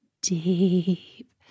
deep